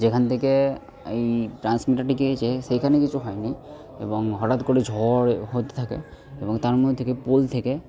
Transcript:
যেখান থেকে ওই ট্রান্সমিটারটি গিয়েছে সেখানে কিছু হয়নি এবং হঠাৎ করে ঝড় হতে থাকে এবং তার মধ্যে থেকে পোল থেকে